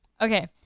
Okay